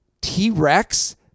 T-Rex